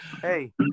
Hey